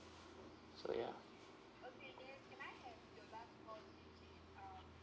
so yeah